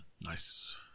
Nice